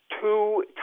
two